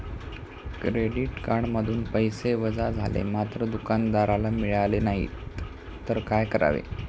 Credit कार्डमधून पैसे वजा झाले मात्र दुकानदाराला मिळाले नाहीत तर काय करावे?